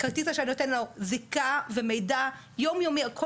כרטיס האשראי נותן לו זיקה ומידע יום יומי על כל